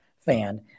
fan